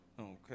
Okay